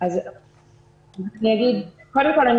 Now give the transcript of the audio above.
קודם כל,